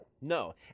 No